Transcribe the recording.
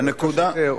הנקודה,